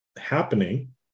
happening